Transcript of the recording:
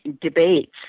debates